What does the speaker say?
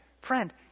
Friend